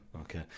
okay